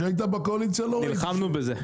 כשהיית בקואליציה לא --- נלחמנו בזה.